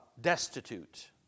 destitute